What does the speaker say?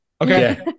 Okay